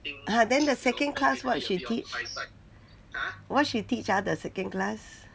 !huh! then the second class what she teach what she teach ah the second class